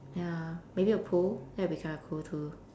ya maybe a pool that'd be kind of cool too